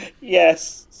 Yes